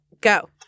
go